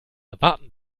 erwarten